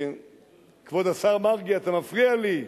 כבוד השר מרגי, אתה מפריע לי.